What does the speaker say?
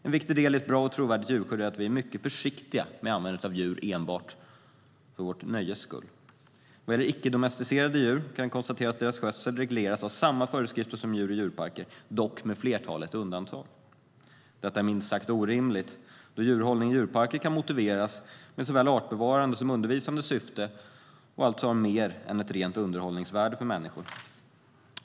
En viktig del i ett bra och trovärdigt djurskydd är att vi är mycket försiktiga med användandet av djur enbart för vårt nöjes skull. Vad gäller icke-domesticerade djur kan konstateras att deras skötsel regleras av samma föreskrifter som för djur i djurparker, dock med ett flertal undantag. Detta är minst sagt orimligt, då djurhållning i djurparker kan motiveras med såväl artbevarande som undervisande syfte och alltså har mer än ett rent underhållningsvärde för människor.